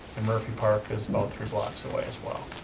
and murphy park is about three blocks away as well.